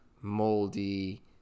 moldy